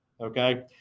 Okay